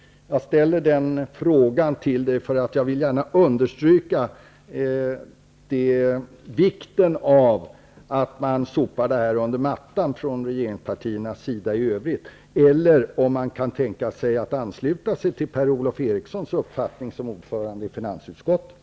Jag ställer den frågan till honom eftersom jag gärna vill understryka vikten av att regeringspartierna sopar det här under mattan. Kan han tänka sig att ansluta sig till Per-Ola Erikssons uppfattning som ordförande i finansutskottet?